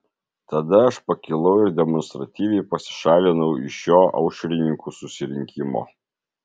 tada aš pakilau ir demonstratyviai pasišalinau iš šio aušrininkų susirinkimo